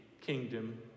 kingdom